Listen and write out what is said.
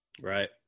Right